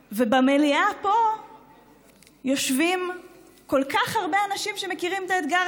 במליאה פה יושבים כל כך הרבה אנשים שמכירים את האתגר